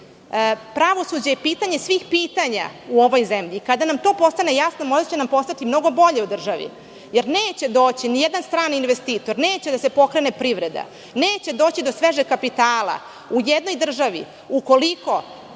izjave. Pravosuđe je pitanje svih pitanja u ovoj zemlji. Kada nam to postane jasno, možda će nam postati mnogo bolje u državi, jer neće doći nijedan strani investitor, neće da se pokrene privreda, neće doći do svežeg kapitala u jednoj državi ukoliko